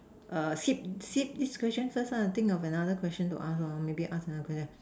err skip skip this question first lah think of another question to ask lah maybe ask another question